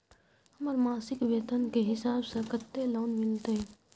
हमर मासिक वेतन के हिसाब स कत्ते लोन मिलते?